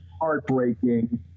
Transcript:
heartbreaking